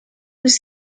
was